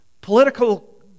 political